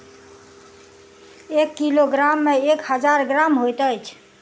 एक किलोग्राम मे एक हजार ग्राम होइत अछि